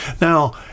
Now